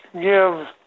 give